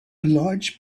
large